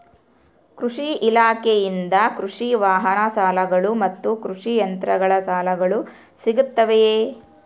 ಕೃಷಿ ಇಲಾಖೆಯಿಂದ ಕೃಷಿ ವಾಹನ ಸಾಲಗಳು ಮತ್ತು ಕೃಷಿ ಯಂತ್ರಗಳ ಸಾಲಗಳು ಸಿಗುತ್ತವೆಯೆ?